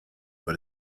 but